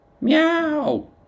Meow